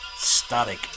Static